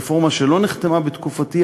רפורמה שלא נחתמה בתקופתי,